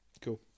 cool